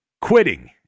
quitting